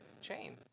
chain